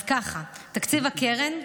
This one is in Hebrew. אז ככה: תקציב הקרן,